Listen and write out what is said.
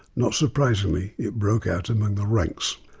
not surprisingly it broke out among the ranks.